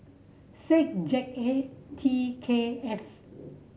six Z A T K F